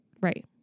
Right